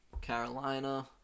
Carolina